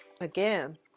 again